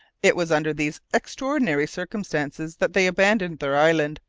it was under these extraordinary circumstances that they abandoned their island,